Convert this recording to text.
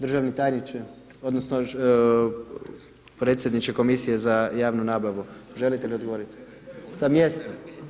Državni tajniče, odnosno predsjedniče komisije za javnu nabavu, želite li odgovoriti sa mjesta?